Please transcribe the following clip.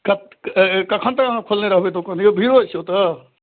कतऽ कखन तक अहाँ खोलने रहबै दोकान यौ भीड़ो छै ओतऽ